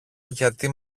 γιατί